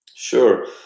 Sure